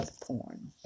porn